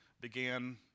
began